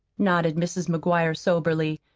nodded mrs. mcguire soberly.